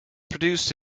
produced